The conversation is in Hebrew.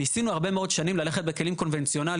ניסינו הרבה מאוד שנים ללכת בכלים קונבנציונליים